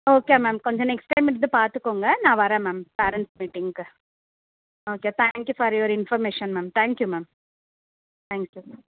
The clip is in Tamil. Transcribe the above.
ஓகே மேம் கொஞ்சம் நெக்ஸ்ட் டைம் மட்டும் பார்த்துக்கோங்க நான் வரேன் மேம் பேரெண்ட்ஸ் மீட்டிங்க்கு okay thank you for your information ma'am thank you ma'am thank you ma'am